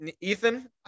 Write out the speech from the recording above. Ethan